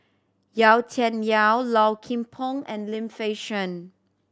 Yau Tian Yau Low Kim Pong and Lim Fei Shen